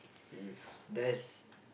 if that's